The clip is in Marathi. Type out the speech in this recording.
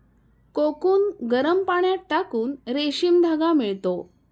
कोकून गरम पाण्यात टाकून रेशीम धागा मिळतो